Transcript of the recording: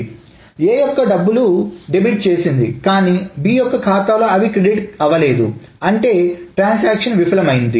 A తన యొక్క డబ్బులు డెబిట్ చేసింది కానీ B యొక్క ఖాతాలో అవి క్రెడిట్ అవ్వలేదు అంటే ట్రాన్సాక్షన్ విఫలం అయింది